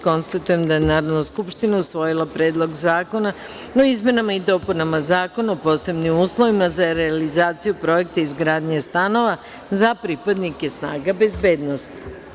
Konstatujem da je Narodna skupština usvojila Predlog zakona o izmenama i dopunama Zakona o posebnim uslovima za realizaciju projekta izgradnje stanova za pripadnike snaga bezbednosti.